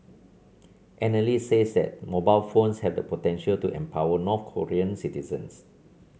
analysts says that mobile phones have the potential to empower North Korean citizens